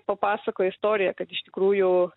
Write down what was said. papasakojo istoriją kad iš tikrųjų